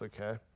okay